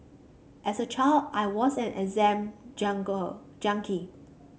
as a child I was an exam jungle junkie